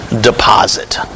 Deposit